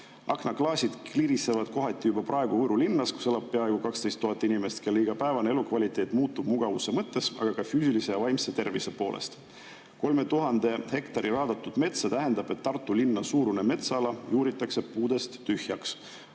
Aknaklaasid klirisevad kohati juba praegu Võru linnas, kus elab peaaegu 12 000 inimest, kelle igapäevane elukvaliteet muutub mugavuse mõttes, aga ka füüsilise ja vaimse tervise poolest.""3000 ha raadatud metsa tähendab, et Tartu linna suurune metsaala juuritakse puudest tühjaks."Oskate